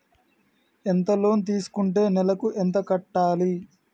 ఎంత లోన్ తీసుకుంటే నెలకు ఎంత కట్టాలి?